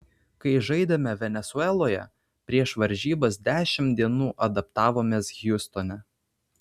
kai žaidėme venesueloje prieš varžybas dešimt dienų adaptavomės hjustone